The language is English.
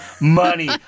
money